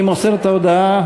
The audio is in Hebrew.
מי מוסר את ההודעה?